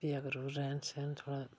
फ्ही अगर ओह् रैह्न सैह्न थोह्ड़ा